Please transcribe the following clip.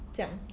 这样